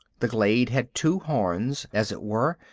the glade had two horns, as it were,